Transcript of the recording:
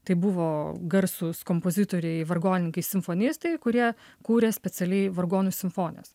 tai buvo garsūs kompozitoriai vargonininkai simfonistai kurie kūrė specialiai vargonų simfonijas